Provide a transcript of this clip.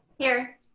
here.